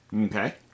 Okay